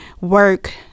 work